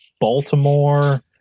Baltimore